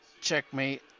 Checkmate